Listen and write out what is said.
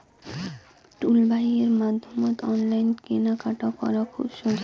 টুলবাইয়ের মাধ্যমত অনলাইন কেনাকাটা করা খুব সোজা